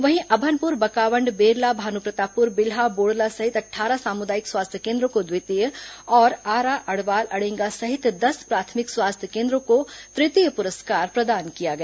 वहीं अभनपुर बकावंड बेरला भानुप्रतापपुर बिल्हा बोड़ला सहित अट्ठारह सामुदायिक स्वास्थ्य केन्द्रों को द्वितीय और आरा अड़वाल अडेंगा सहित दस प्राथमिक स्वास्थ्य केन्द्रों को तृतीय पुरस्कार प्रदान किया गया